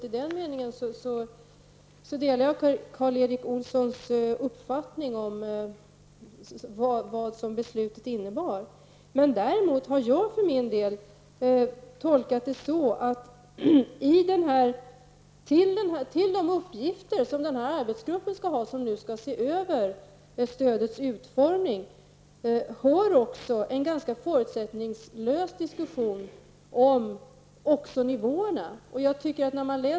I den meningen delar jag Karl Erik Däremot är min tolkning att till de uppgifterna för arbetsgruppen som skall se över stödets utformning hör också en förutsättningslös diskussion även om nivåerna.